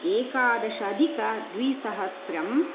एकादशाधिकद्विसहस्रम्